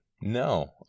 No